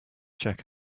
check